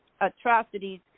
atrocities